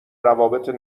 روابط